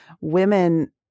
women